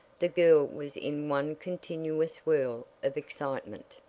the girl was in one continuous whirl of excitement.